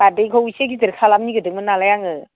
birthday खौ इसे गिदिर खालामनो नागिरदोंमोन नालाय आङो